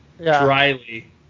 dryly